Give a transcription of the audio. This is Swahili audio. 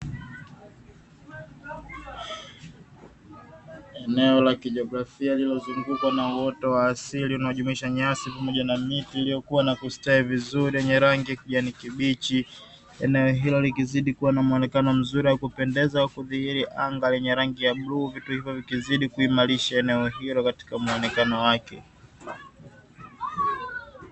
Eneo la kijiografia lililozungukwa na wote wa asili unajumisha nyasi pamoja na miti iliyokuwa na kustawi vizuri yenye rangi kibichi, eneo hilo likizidi kuwa na mwonekano mzuri wa kupendeza kuimarisha eneo hilo katika muonekano wake.